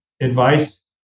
advice